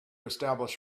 establish